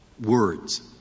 Words